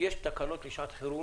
יש תקנות לשעת חירום